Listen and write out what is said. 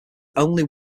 only